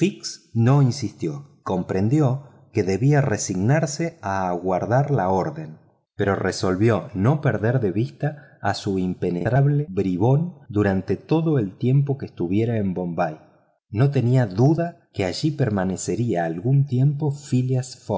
no insistió y comprendió que debía resignarse a aguardar la orden pero resolvió no perder de vista a su impenetrable bribón durante todo el tiempo que estuviera en bombay no tenía duda de que allí permanecería algún tiempo phileas